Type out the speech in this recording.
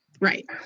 Right